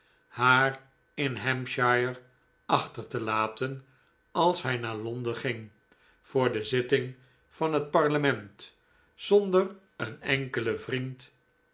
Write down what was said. haar in hampshire achter te laten als hij naar londen ging voor de zitting van het parlement zonder een enkelen vriend